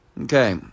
Okay